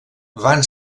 van